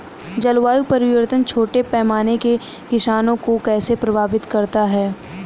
जलवायु परिवर्तन छोटे पैमाने के किसानों को कैसे प्रभावित करता है?